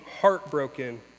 heartbroken